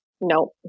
No